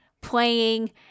playing